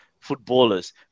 Footballers